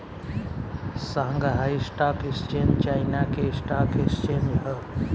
Shanghai stock exchange China के stock exchange ह